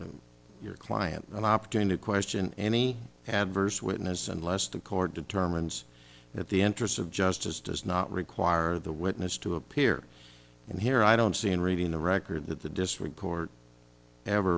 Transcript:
the your client an opportunity to question any adverse witness unless the court determines that the interests of justice does not require the witness to appear and here i don't see in reading the record that the district court ever